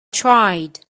tried